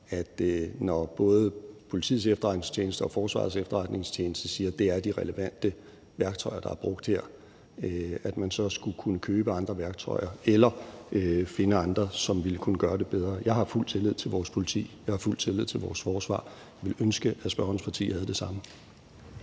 man, når både Politiets Efterretningstjeneste og Forsvarets Efterretningstjeneste siger, at det er de relevante værktøjer, der er brugt her, så skulle kunne købe andre værktøjer eller finde andre, som ville kunne gøre det bedre. Jeg har fuld tillid til vores politi, og jeg har fuld tillid til vores forsvar. Jeg ville ønske, at spørgerens parti havde det samme.